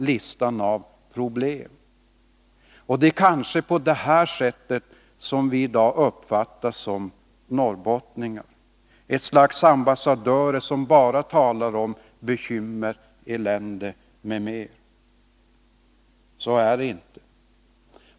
Listan på problem skulle kunna förlängas. Kanske uppfattas vi norrbottningar som ett slags ambassadörer, som bara talar om bekymmer och elände. Så är det inte.